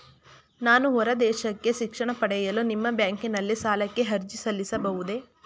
ನಾನು ಹೊರದೇಶಕ್ಕೆ ಶಿಕ್ಷಣ ಪಡೆಯಲು ನಿಮ್ಮ ಬ್ಯಾಂಕಿನಲ್ಲಿ ಸಾಲಕ್ಕೆ ಅರ್ಜಿ ಸಲ್ಲಿಸಬಹುದೇ?